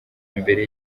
mbere